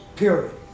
Period